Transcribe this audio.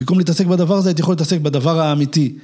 במקום להתעסק בדבר הזה הייתי יכול לתעסק בדבר האמיתי